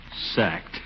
Sacked